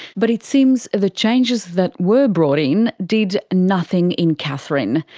but it seems the changes that were brought in did nothing in katherine,